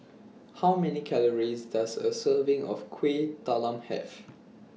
How Many Calories Does A Serving of Kuih Talam Have